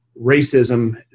racism